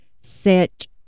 Set